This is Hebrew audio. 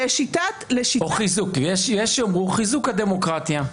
יש שיאמרו חיזוק הדמוקרטיה.